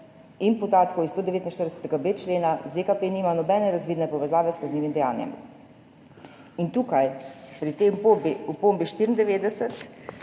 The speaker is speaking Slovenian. in podatkov iz 149.b člena ZKP nima nobene razvidne povezave s kaznivim dejanjem.« Tukaj, pri tej opombi 94,